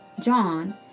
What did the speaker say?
John